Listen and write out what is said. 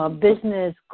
Business